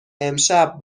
امشب